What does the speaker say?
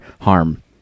harm